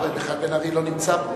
רגע אחד, בן-ארי לא נמצא פה.